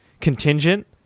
contingent